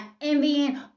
envying